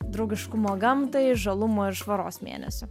draugiškumo gamtai žalumo ir švaros mėnesiu